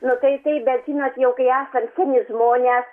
nu tai taip bet žinot jau kai esam seni žmonės